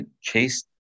Chase